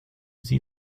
sie